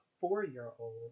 four-year-old